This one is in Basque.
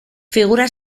figura